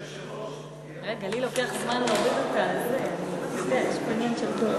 אדוני היושב-ראש, תהיה פחות קשוח,